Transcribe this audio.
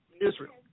Israel